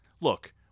look